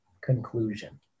conclusion